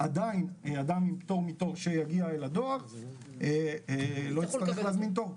עדיין אדם עם פטור מתור שיגיע אל הדואר לא יצטרך להזמין תור.